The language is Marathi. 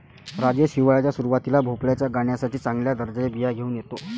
राजेश हिवाळ्याच्या सुरुवातीला भोपळ्याच्या गाण्यासाठी चांगल्या दर्जाच्या बिया घेऊन येतो